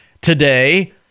today